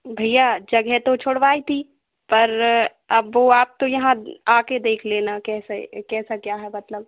भैया जगह तो छुड़वाई थी पर अब वो आप तो यहाँ आके देख लेना कैसे कैसा क्या है मतलब